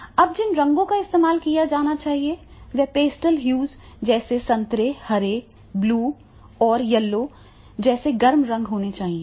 अब जिन रंगों का इस्तेमाल किया जाना चाहिए वे पेस्टल ह्यूज जैसे कि संतरे हरे ब्लूज़ और येलो जैसे गर्म रंग होने चाहिए